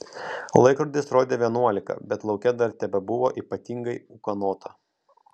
laikrodis rodė vienuolika bet lauke dar tebebuvo ypatingai ūkanota